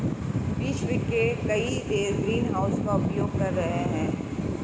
विश्व के कई देश ग्रीनहाउस का उपयोग कर रहे हैं